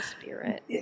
spirit